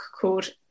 called